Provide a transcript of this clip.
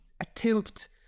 attempt